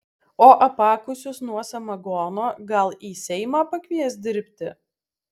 o apakusius nuo samagono gal į seimą pakvies dirbti